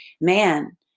man